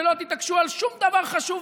ולא תתעקשו על שום דבר חשוב,